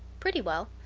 pretty well.